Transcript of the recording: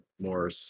more